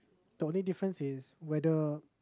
the only different is whether